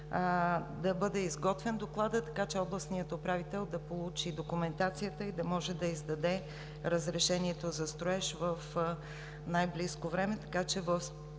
да бъде изготвен докладът, така че областният управител да получи документацията и да може да издаде разрешението за строеж в най-близко време,